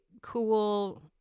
cool